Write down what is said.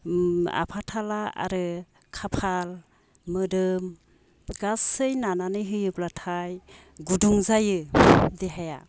आफा थाला आरो खाफाल मोदोम गासै नानानै होयोब्लाथाय गुदुं जायो देहाया